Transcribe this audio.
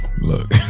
look